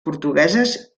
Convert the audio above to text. portugueses